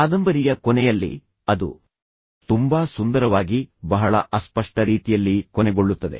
ಕಾದಂಬರಿಯ ಕೊನೆಯಲ್ಲಿ ಅದು ತುಂಬಾ ಸುಂದರವಾಗಿ ಬಹಳ ಅಸ್ಪಷ್ಟ ರೀತಿಯಲ್ಲಿ ಕೊನೆಗೊಳ್ಳುತ್ತದೆ